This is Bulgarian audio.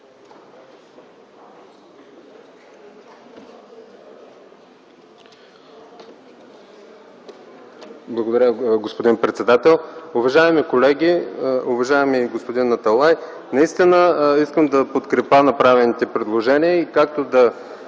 Благодаря, господин председател. Уважаеми колеги, уважаеми господин Аталай! Наистина искам да подкрепя направените предложения, както и